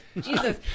Jesus